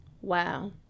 Wow